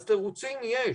אז תירוצים יש,